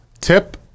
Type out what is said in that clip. Tip